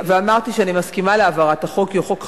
ואמרתי שאני מסכימה להעברת החוק, כי הוא חוק חשוב,